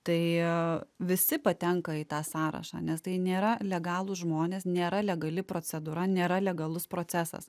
tai visi patenka į tą sąrašą nes tai nėra legalūs žmonės nėra legali procedūra nėra legalus procesas